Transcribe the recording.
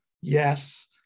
yes